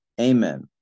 Amen